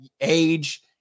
age